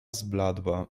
zbladła